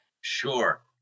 Sure